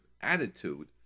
attitude